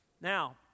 Now